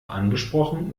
angesprochen